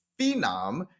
phenom